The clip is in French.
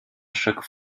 chaque